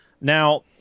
Now